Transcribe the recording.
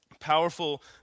powerful